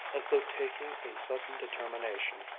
as though taking a sudden determination,